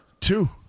Two